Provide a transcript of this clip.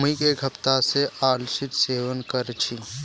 मुई एक हफ्ता स अलसीर सेवन कर छि